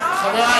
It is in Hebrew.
הוועדה דנה,